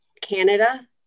canada